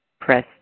press